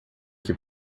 que